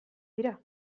dira